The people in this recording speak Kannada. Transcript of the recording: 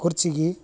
ಕುರ್ಜಿಗಿ